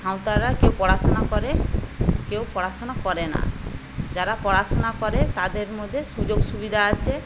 সাঁওতালরা কেউ পড়াশোনা করে কেউ পড়াশোনা করে না যারা পড়াশোনা করে তাদের মধ্যে সুযোগ সুবিধা আছে